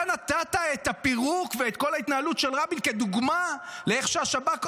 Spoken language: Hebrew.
אתה נתת את הפירוק ואת כל ההתנהלות של רבין כדוגמה לאיך שהשב"כ עבד.